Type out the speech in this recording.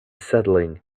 settling